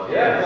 Yes